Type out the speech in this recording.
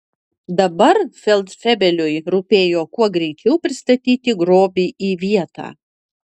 dabar feldfebeliui rūpėjo kuo greičiau pristatyti grobį į vietą